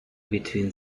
between